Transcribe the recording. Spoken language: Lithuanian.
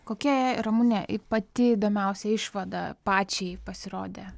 kokia ramune pati įdomiausia išvada pačiai pasirodė